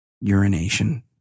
urination